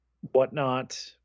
whatnot